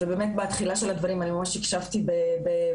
ובתחילה של הדברים אני ממש הקשבתי בקפידה,